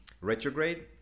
retrograde